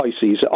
Pisces